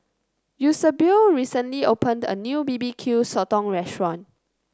Eusebio recently opened a new B B Q Sotong restaurant